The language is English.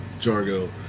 Jargo